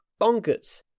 bonkers